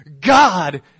God